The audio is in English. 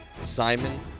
Simon